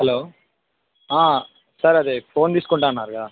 hello sir అది phone తీసుకుంటా అన్నారుగా